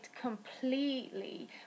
completely